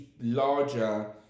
larger